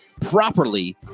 properly